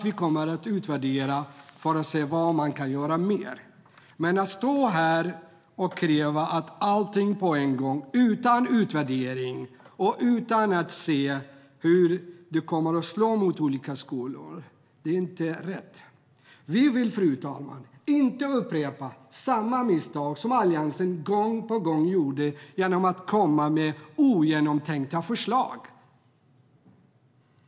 Vi kommer att utvärdera för att se vad vi kan göra mer. Fru talman! Vi vill inte upprepa samma misstag som Alliansen gång på gång gjorde genom att komma med ogenomtänkta förslag.